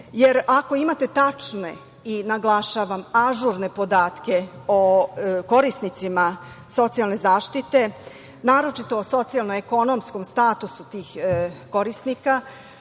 jer ako imate tačne i, naglašavam, ažurne podatke o korisnicima socijalne zaštite, naročito o socijalno – ekonomskom statusu tih korisnika